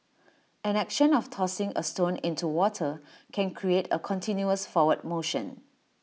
an action of tossing A stone into water can create A continuous forward motion